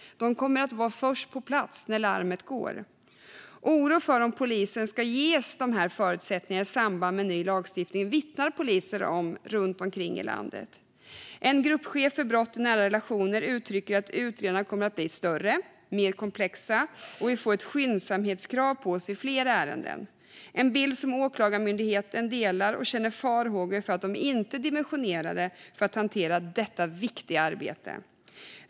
De kommer att vara först på plats när larmet går. Poliser runt om i landet vittnar om oro för om de ska ges dessa förutsättningar i samband med ny lagstiftning. En gruppchef för brott i nära relationer uttrycker att utredningarna kommer att bli större, mer komplexa och att man får ett skyndsamhetskrav på sig i flera ärenden. Det är en bild som Åklagarmyndigheten delar och känner farhågor för att de inte är dimensionerade för att hantera detta viktiga arbete.